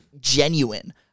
genuine